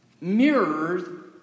mirrors